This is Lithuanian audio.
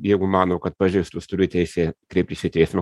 jeigu mano kad pažeistos turi teisę kreiptis į teismą